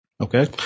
Okay